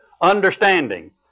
understanding